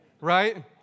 right